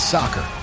Soccer